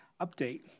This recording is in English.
update